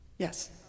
Yes